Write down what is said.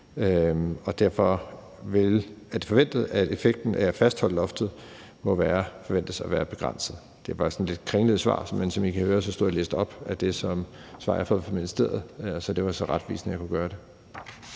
Derfor må effekten af at fastholde loftet forventes at være begrænset. Det var et lidt kringlet svar, men som I kan høre, stod jeg og læste op af det svar, som jeg har fået fra ministeriet, så det var så retvisende, jeg kunne gøre det.